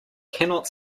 cannot